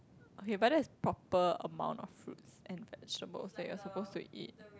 okay but that is proper amount of fruits and vegetables that you're supposed to eat